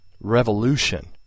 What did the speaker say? Revolution